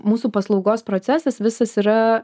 mūsų paslaugos procesas visas yra